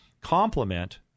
complement